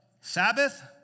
Sabbath